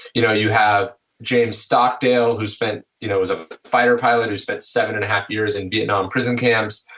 you know you have james stockdale who's spent you know as a fighter pilot who spent seven-and-a-half years in vietnam prison camps,